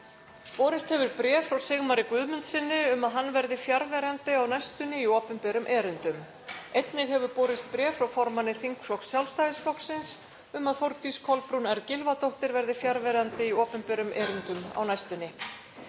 Borist hefur bréf frá Sigmari Guðmundssyni um að hann verði fjarverandi á næstunni í opinberum erindum. Einnig hefur borist bréf frá formanni þingflokks Sjálfstæðisflokksins um að Þórdís Kolbrún R. Gylfadóttir verði fjarverandi í opinberum erindum á næstunni.